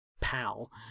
pal